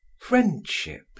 Friendship